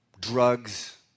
drugs